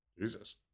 Jesus